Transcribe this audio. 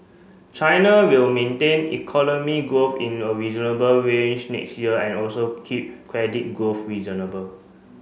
China will maintain economic growth in a reasonable range next year and also keep credit growth reasonable